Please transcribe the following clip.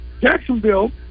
Jacksonville